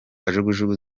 kajugujugu